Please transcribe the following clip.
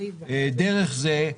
דרך זה,